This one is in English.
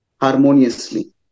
harmoniously